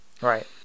Right